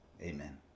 Amen